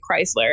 Chrysler